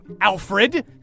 Alfred